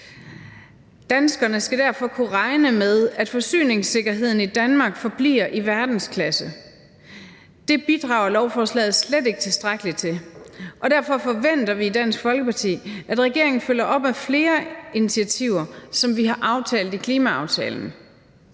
Danskerne skal derfor kunne regne med, at forsyningssikkerheden i Danmark forbliver i verdensklasse. Det bidrager lovforslaget slet ikke tilstrækkeligt til. Og derfor forventer vi i Dansk Folkeparti, at regeringen følger op med flere initiativer, som vi har aftalt det i klimaaftalen.